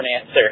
answer